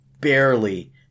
barely